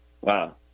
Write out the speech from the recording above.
wow